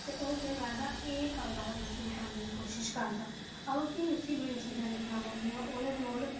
ते ओह् केह् करदा एह् कारोबार अपना शुरू करने दी कोशश करदा अवा भी उसी बड़ियां चीजां दिक्खना पौंदियां ओह्दे कोल